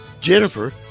Jennifer